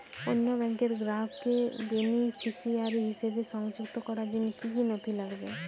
অন্য ব্যাংকের গ্রাহককে বেনিফিসিয়ারি হিসেবে সংযুক্ত করার জন্য কী কী নথি লাগবে?